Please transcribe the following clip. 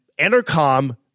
entercom